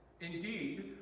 indeed